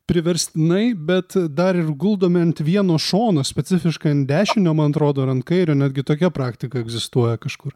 priverstinai bet dar ir guldomi ant vieno šono specifiškai ant dešinio man atrodo ar ant kairio netgi tokia praktika egzistuoja kažkur